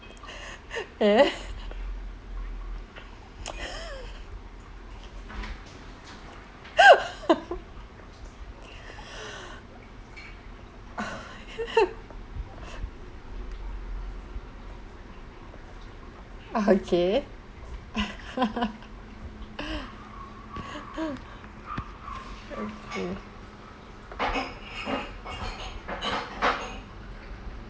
eh okay